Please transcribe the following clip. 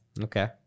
okay